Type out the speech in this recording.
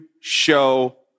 show